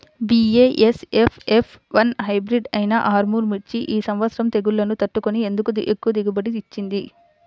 BASF F one hybrid అయినా ఆర్ముర్ మిర్చి ఈ సంవత్సరం తెగుళ్లును తట్టుకొని ఎందుకు ఎక్కువ దిగుబడి ఇచ్చింది?